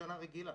מבשנה רגילה,